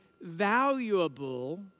valuable